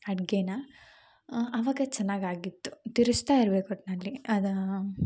ಅಡ್ಗೇನ ಅವಾಗ ಚೆನ್ನಾಗಾಗಿತ್ತು ತಿರಸ್ತಾ ಇರಬೇಕು ಒಟ್ಟಿನಲ್ಲಿ ಅದಾ